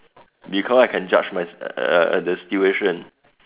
before I can judge myse~ err the situation